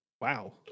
wow